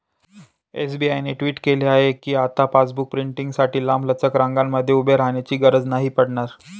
SBI ने tweet केल कीआता पासबुक प्रिंटींगसाठी लांबलचक रंगांमध्ये उभे राहण्याची गरज नाही पडणार